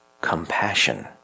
Compassion